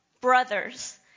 Brothers